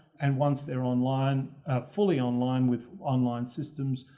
and once they're online fully online with online systems.